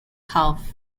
half